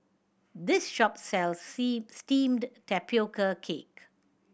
this shop sells steamed tapioca cake